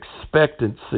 expectancy